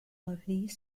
replient